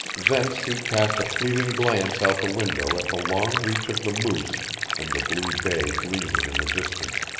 thence he cast a fleeting glance out the window at the long reach of the moose and the blue bay gleaming in the distance.